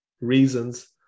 reasons